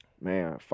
Man